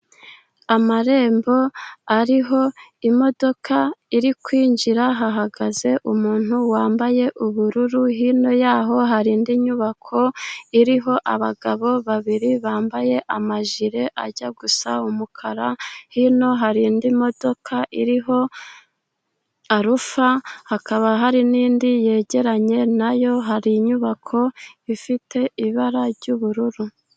Amarembo ariho imodoka iri kwinjira, hahagaze umuntu wambaye ubururu, hino ya ho hari indi nyubako iriho abagabo babiri bambaye amajire ajya gusa umukara, hino hari indi modoka iriho Arufa, hakaba hari n'indi yegeranye na yo, hari inyubako ifite ibara ry'ubururu.